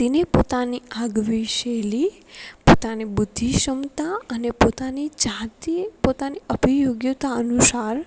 તેની પોતાની આગવી શૈલી પોતાની બુદ્ધિ ક્ષમતા અને પોતાની જાતે પોતાની અભિયોગ્યતા અનુસાર